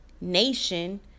nation